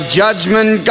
judgment